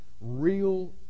real